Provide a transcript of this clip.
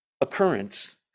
occurrence